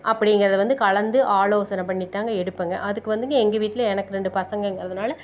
அப்படிங்கிறத வந்து கலந்து ஆலோசனை பண்ணிதாங்க எடுப்பேங்க அதுக்கு வந்துங்க எங்கள் வீட்டில் எனக்கு ரெண்டு பசங்கங்கிறதுனால்